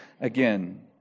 again